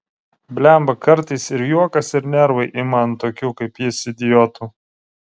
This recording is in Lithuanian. blemba kartais ir juokas ir nervai ima ant tokių kaip jis idiotų